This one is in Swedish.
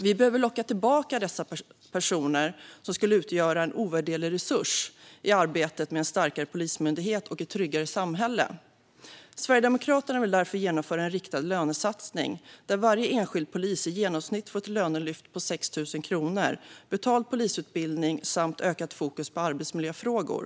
Vi behöver locka tillbaka dessa personer som skulle utgöra en ovärderlig resurs i arbetet med en starkare polismyndighet och ett tryggare samhälle. Sverigedemokraterna vill därför genomföra en riktad lönesatsning, där varje enskild polis får ett lönelyft på i genomsnitt 6 000 kronor och betald polisutbildning samt att det blir ett ökat fokus på arbetsmiljöfrågor.